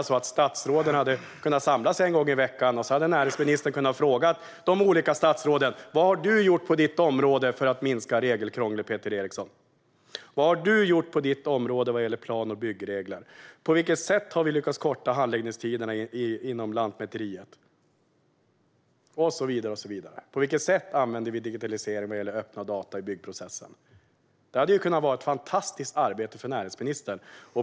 Statsråden hade kunnat samlas en gång i veckan, och näringsministern hade kunnat fråga de olika statsråden: Vad har du gjort på ditt område för att minska regelkrånglet, Peter Eriksson? Vad har du gjort på ditt område när det gäller plan och byggregler? På vilket sätt har vi lyckats korta handläggningstiderna inom Lantmäteriet? På vilket sätt använder vi digitalisering vad gäller öppna data i byggprocessen? Det hade kunnat vara ett fantastiskt arbete för näringsministern.